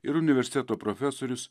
ir universiteto profesorius